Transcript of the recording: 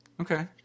Okay